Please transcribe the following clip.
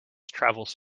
travels